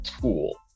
tool